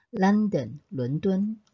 London,伦敦